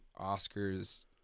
Oscars